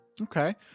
Okay